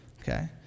Okay